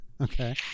Okay